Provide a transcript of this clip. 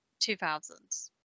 2000s